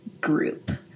group